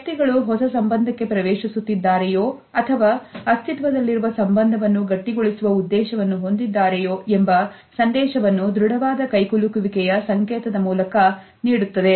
ವ್ಯಕ್ತಿಗಳು ಹೊಸ ಸಂಬಂಧಕ್ಕೆ ಪ್ರವೇಶಿಸುತ್ತಿದ್ದಾರೆಯೋ ಅಥವಾ ಅಸ್ತಿತ್ವದಲ್ಲಿರುವ ಸಂಬಂಧವನ್ನು ಗಟ್ಟಿಗೊಳಿಸುವ ಉದ್ದೇಶವನ್ನು ಹೊಂದಿದ್ದಾರೆಯೋ ಎಂಬ ಸಂದೇಶವನ್ನು ದೃಢವಾದ ಕೈಕುಲುಕುವಿಕೆಯ ಸಂಕೇತದ ಮೂಲಕ ನೀಡುತ್ತದೆ